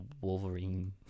Wolverine